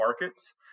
markets